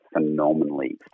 phenomenally